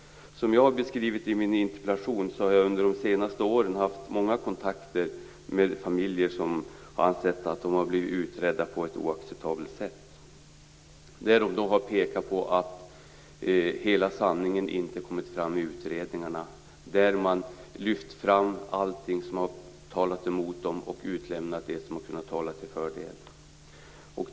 Som jag har beskrivit det i min interpellation, har jag under de senaste åren haft många kontakter med familjer som har ansett att de har blivit utredda på ett oacceptabelt sätt. De har pekat på att hela sanningen inte kommit fram i utredningarna, där man lyft fram allting som har talat emot dem och utelämnat det som har kunnat tala till fördel för dem.